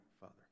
Father